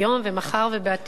ומחר ובעתיד,